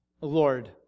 Lord